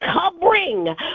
covering